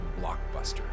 blockbuster